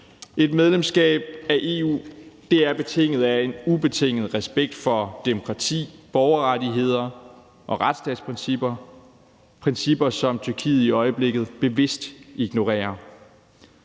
Et medlemskab af EU er betinget af en ubetinget respekt for demokrati, borgerrettigheder og retsstatsprincipper – principper, som Tyrkiet i øjeblikket bevidst ignorerer.